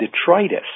detritus